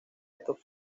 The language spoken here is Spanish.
estos